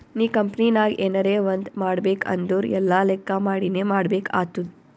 ನೀ ಕಂಪನಿನಾಗ್ ಎನರೇ ಒಂದ್ ಮಾಡ್ಬೇಕ್ ಅಂದುರ್ ಎಲ್ಲಾ ಲೆಕ್ಕಾ ಮಾಡಿನೇ ಮಾಡ್ಬೇಕ್ ಆತ್ತುದ್